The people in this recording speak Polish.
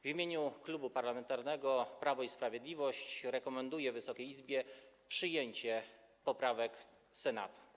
W imieniu Klubu Parlamentarnego Prawo i Sprawiedliwość rekomenduję Wysokiej Izbie przyjęcie poprawek Senatu.